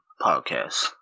Podcast